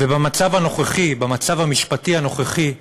במצב הנוכחי, במצב המשפטי הנוכחי,